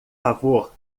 favor